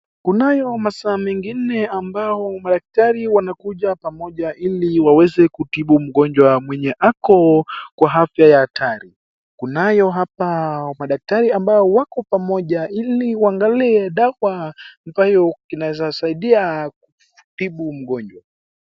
Kunayo masaa mengine ambayo madaktari wanakuja pamoja ili waweze kutibu mgonjwa mwenye ako kwa afya ya hatari. Kunayo hapa madaktari ambao wako pamoja ili waangalie dawa ambayo inaweza saidia kutibu mgonjwa.